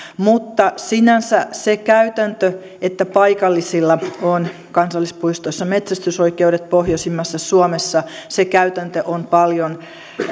mutta sinänsä se käytäntö että paikallisilla on kansallispuistoissa metsästysoikeudet pohjoisimmassa suomessa on paljon